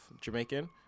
Jamaican